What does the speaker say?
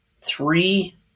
three